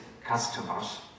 customers